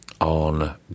on